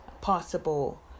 possible